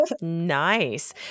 Nice